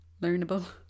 learnable